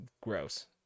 gross